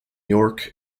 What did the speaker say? york